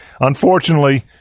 unfortunately